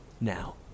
Now